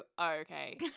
okay